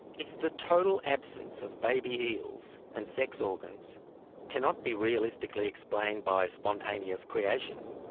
if the total absence of baby eels and sex organs cannot be realistically explained by spontaneous creation,